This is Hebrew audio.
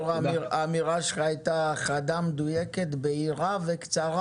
האמירה שלך הייתה חדה, מדויקת, בהירה וקצרה.